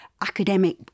academic